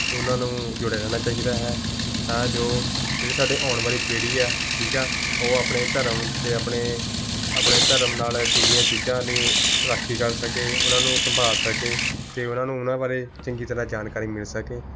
ਉਹਨਾਂ ਨੂੰ ਜੁੜੇ ਰਹਿਣਾ ਚਾਹੀਦਾ ਹੈ ਤਾਂ ਜੋ ਜਿਹੜੀ ਸਾਡੀ ਆਉਣ ਵਾਲੀ ਪੀੜ੍ਹੀ ਹੈ ਠੀਕ ਆ ਉਹ ਆਪਣੇ ਧਰਮ ਅਤੇ ਆਪਣੇ ਆਪਣੇ ਧਰਮ ਨਾਲ ਜੁੜੀਆਂ ਚੀਜ਼ਾਂ ਦੀ ਰਾਖੀ ਕਰ ਸਕੇ ਉਹਨਾਂ ਨੂੰ ਸੰਭਾਲ ਸਕੇ ਅਤੇ ਉਹਨਾਂ ਨੂੰ ਉਹਨਾਂ ਬਾਰੇ ਚੰਗੀ ਤਰ੍ਹਾਂ ਜਾਣਕਾਰੀ ਮਿਲ ਸਕੇ